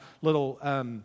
little